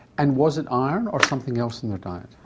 and was it iron or something else in the diet?